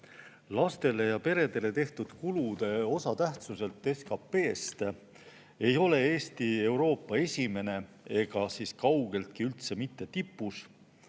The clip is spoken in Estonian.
Lastele ja peredele tehtud kulude osatähtsuselt SKT-st ei ole Eesti Euroopas esimene ega kaugeltki mitte tipus.